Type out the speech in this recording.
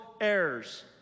heirs